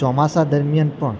ચોમાસા દરમિયાન પણ